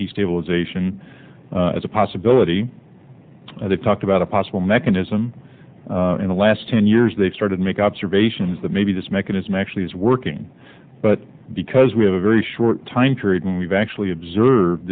destabilization is a possibility they talked about a possible mechanism in the last ten years they started make observations that maybe this mechanism actually is working but because we have a very short time period and we've actually observe